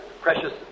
precious